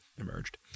emerged